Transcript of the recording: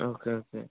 okay okay